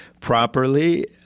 properly